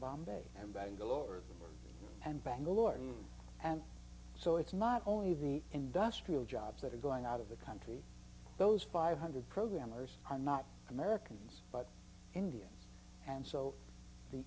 bombay and bangalore and bangalore and so it's not only the industrial jobs that are going out of the country those five hundred dollars programmers are not americans but india and so the